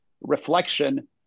reflection